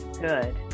Good